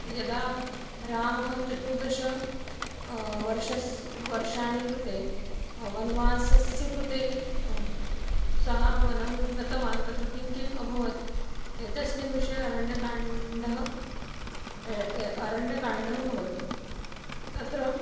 यदा रामः चतुर्दश वर्षः वर्षाणि कृते वनवासस्य कृते सः वनं गतवान् तत्र किं किम् अभवत् एतस्मिन् विषये अरण्यकाण्डं अरण्यकाण्डं भवति तत्र